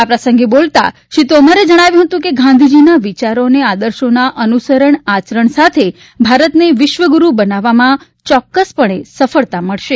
આ પ્રસંગે બોલતા શ્રી તોમરે જણાવ્યું કે ગાંધીજીના વિચારો અને આદર્શોના અનુસરણ આચરણ સાથે ભારતને વિશ્વગુરૃ બનાવવામાં ચોક્કસપણે સફળતા મળશે